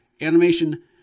animation